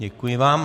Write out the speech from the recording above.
Děkuji vám.